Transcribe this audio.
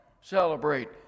celebrate